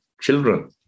children